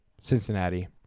Cincinnati